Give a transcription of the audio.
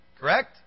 Correct